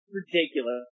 ridiculous